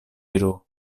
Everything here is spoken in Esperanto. iru